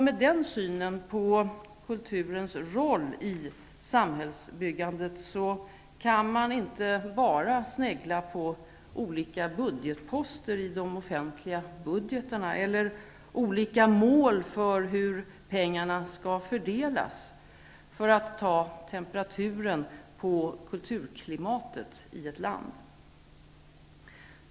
Med den synen på kulturens roll i samhällsbyggandet går det inte bara att snegla på olika budgetposter i de offentliga budgetarna eller olika mål för hur pengarna skall fördelas när man skall ta temperaturen på kulturklimatet i ett land.